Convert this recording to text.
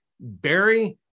Barry